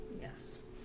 Yes